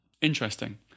Interesting